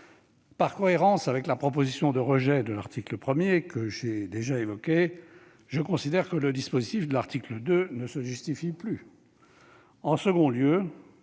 Par cohérence avec la proposition de rejet de cet article que j'ai déjà évoqué, je considère que le dispositif de l'article 2 ne se justifie plus. Deuxièmement,